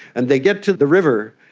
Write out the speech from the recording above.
and they get to the river,